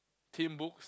teen books